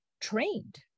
trained